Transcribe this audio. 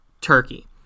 Turkey